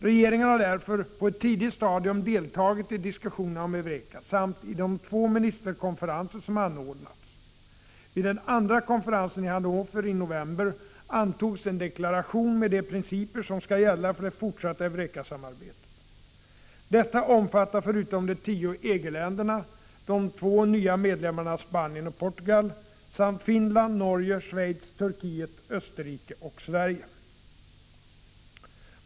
Regeringen har därför på ett tidigt stadium deltagit i diskussionerna om EUREKA samt i de två ministerkonferenser som anordnats. Vid den andra konferensen i Hannover i november antogs en deklaration med de principer som skall gälla för det fortsatta EUREKA 3 samarbetet. Detta omfattar förutom de tio EG-länderna, de två nya medlemmarna Spanien och Portugal samt Finland, Norge, Schweiz, Turkiet, Österrike och Sverige.